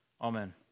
Amen